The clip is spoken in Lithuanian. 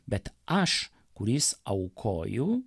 bet aš kuris aukoju